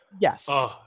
yes